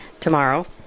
tomorrow